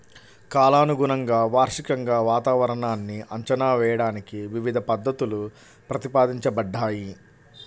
కాలానుగుణంగా, వార్షికంగా వాతావరణాన్ని అంచనా వేయడానికి వివిధ పద్ధతులు ప్రతిపాదించబడ్డాయి